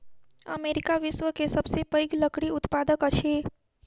America विश्व के सबसे पैघ लकड़ी उत्पादक अछि